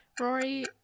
rory